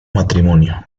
matrimonio